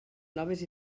noves